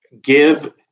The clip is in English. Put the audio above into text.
give